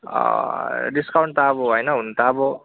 discount त अब होइन हुनु त अब